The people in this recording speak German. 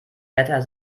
wetter